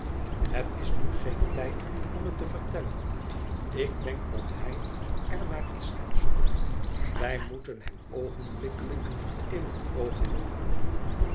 ihet is nu geen tijd om het te vertellen ik denk dat hij er naar is gaan zoeken wij moeten hem oogenblikkelijk in het oog houden